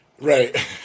Right